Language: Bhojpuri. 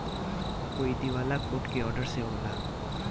कोई दिवाला कोर्ट के ऑर्डर से होला